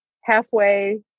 halfway